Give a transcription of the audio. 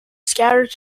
scattered